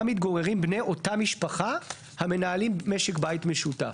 מתגוררים בני אותה משפחה המנהלים משק בית משותף.